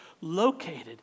located